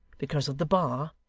because of the bar,